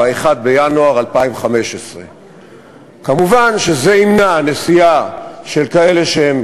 ב-1 בינואר 2015. מובן שזה ימנע נסיעה של כאלה שהם